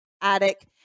attic